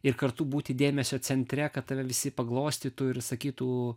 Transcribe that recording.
ir kartu būti dėmesio centre kad tave visi paglostytų ir sakytų